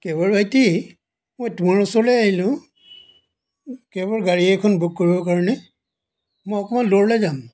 কেবৰ ভাইটি মই তোমাৰ ওচৰলৈ আহিলোঁ কেবৰ গাড়ী এখন বুক কৰিব কাৰণে মই অকণমান দূৰলৈ যাম